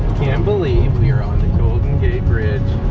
believe we are on the golden gate bridge,